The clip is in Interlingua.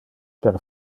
per